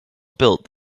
built